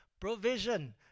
provision